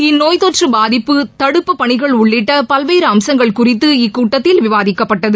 இந்நோய் தொற்று பாதிப்பு தடுப்புப் பணிகள் உள்ளிட்ட பல்வேறு அம்சங்கள் குறித்து இக்கூட்டத்தில் விவாதிக்கப்பட்டது